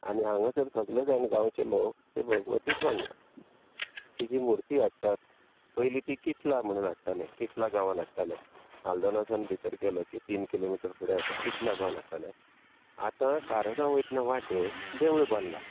आनी हांगासर सगले जाण गांवचे लोक ते भगवतीक मानतात तिजी मुर्ती हाडटात पयलीं ती किटला म्हुणून हाडटाले किटला गांवांत हाडटाले हाल्दोणेच्यान भितर गेलो की तीन किलोमिटर फुडें आसा किटला गांवांत हाडटाले आतां कारणां वयतना वाटेक देवूळ बांदलां